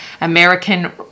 American